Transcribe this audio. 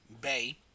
Bay